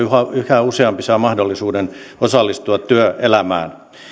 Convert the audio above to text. yhä useampi saa mahdollisuuden osallistua työelämään